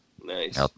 Nice